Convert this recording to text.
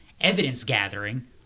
evidence-gathering